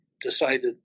decided